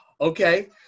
Okay